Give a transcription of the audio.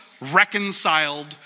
reconciled